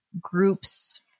groups